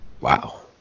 Wow